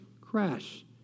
crash